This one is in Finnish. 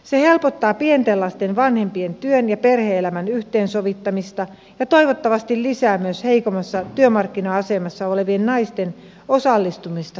se helpottaa pienten lasten vanhempien työn ja perhe elämän yhteensovittamista ja toivottavasti lisää myös heikommassa työmarkkina asemassa olevien naisten osallistumista työelämään